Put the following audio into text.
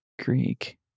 Greek